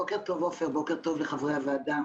בוקר טוב עפר, בוקר טוב לחברי הוועדה.